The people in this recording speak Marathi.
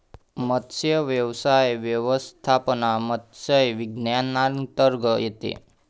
मत्स्यव्यवसाय व्यवस्थापन मत्स्य विज्ञानांतर्गत येते